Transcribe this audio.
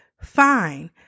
Fine